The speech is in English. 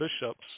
bishops